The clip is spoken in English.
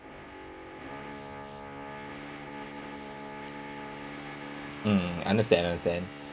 mm understand understand